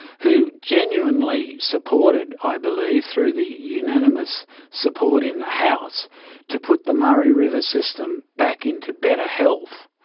who genuinely supported i believe through the unanimous support in the house to put the murray river system back into better health,